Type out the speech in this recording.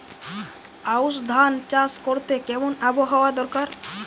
আউশ ধান চাষ করতে কেমন আবহাওয়া দরকার?